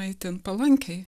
itin palankiai